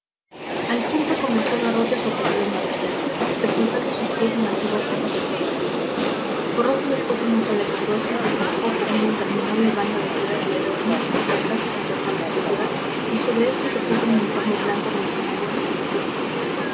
al punto comenzó garrote su atavío marcial sepultando sus pies en antiguas botas de cuero fino forrose después en un chaleco grueso y se fajó con una interminable banda de seda que le dio muchas vueltas en torno a la cintura y sobre esto se puso un uniforme blanco de los antiguos regimientos